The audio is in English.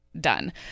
done